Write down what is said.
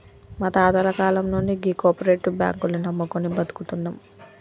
మా తాతల కాలం నుండి గీ కోపరేటివ్ బాంకుల్ని నమ్ముకొని బతుకుతున్నం